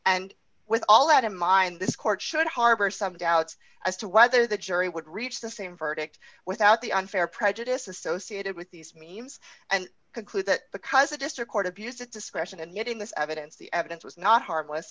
and with all that in mind this court should harbor some doubts as to whether the jury would reach the same verdict without the unfair prejudice associated with these means and conclude that because a district court abused its discretion and yet in this evidence the evidence was not heartless